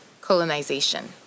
colonization